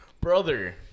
Brother